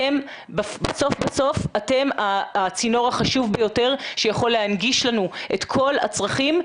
בסוף בסוף אתם הצינור החשוב ביותר שיכול להנגיש לנו את כל הצרכים,